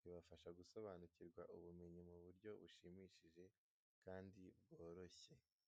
bibafasha gusobanukirwa ubumenyi mu buryo bushimishije kandi bworoshye.